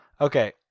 Okay